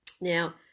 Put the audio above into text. Now